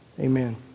Amen